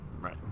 Right